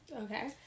Okay